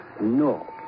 No